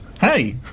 hey